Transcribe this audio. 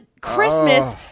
Christmas